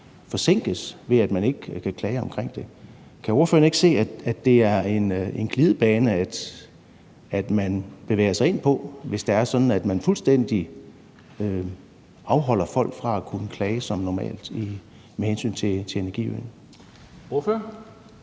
forsinkes af, at man kan klage. Kan ordføreren ikke se, at det er en glidebane, man bevæger sig ind på, hvis det er sådan, at man fuldstændig afholder folk fra at kunne klage som normalt med hensyn til energiøen? Kl.